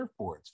surfboards